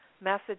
message